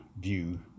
view